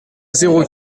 zéro